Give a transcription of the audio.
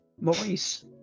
Maurice